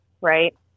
Right